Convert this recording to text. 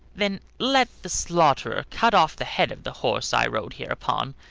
then let the slaughterer cut off the head of the horse i rode here upon,